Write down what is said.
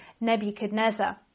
Nebuchadnezzar